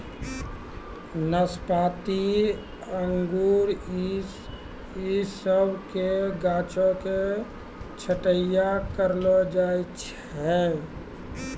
नाशपाती अंगूर इ सभ के गाछो के छट्टैय्या करलो जाय छै